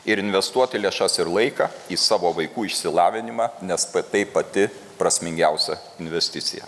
ir investuoti lėšas ir laiką į savo vaikų išsilavinimą nes tai pati prasmingiausia investicija